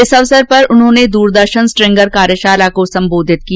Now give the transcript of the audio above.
इस अवसर पर उन्होंने दूरदर्शन स्ट्रिंगर कार्यशाला को सम्बोधित किया